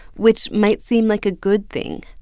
which might seem like a good thing,